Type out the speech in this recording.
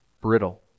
brittle